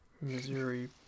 Missouri